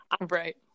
right